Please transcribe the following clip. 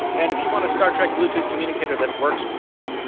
and if you want a star trek bluetooth communicator that works well,